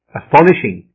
astonishing